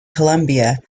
columbia